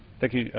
thank you,